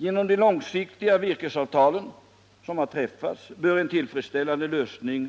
Genom de långsiktiga virkesavtalen som har träffats bör en tillfredsställande lösning